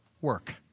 work